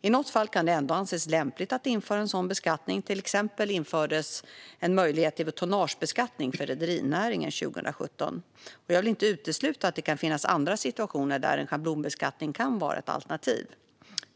I något fall kan det ändå anses lämpligt att införa en sådan beskattning; till exempel infördes en möjlighet till tonnagebeskattning för rederinäringen 2017. Jag vill inte heller utesluta att det kan finnas andra situationer där en schablonbeskattning kan vara ett alternativ.